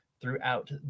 throughout